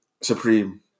Supreme